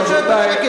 תתביישי לך.